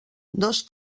dos